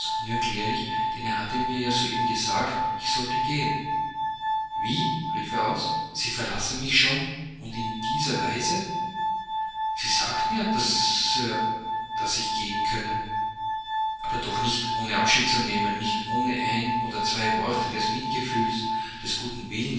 unerklärlich denn er hatte mir ja soeben gesagt ich sollte gehen wie rief er aus sie verlassen mich schon und in dieser weise sie sagten ja sir daß ich gehen könne aber doch nicht ohne abschied zu nehmen nicht ohne ein oder zwei worte des mitgefühls des guten willens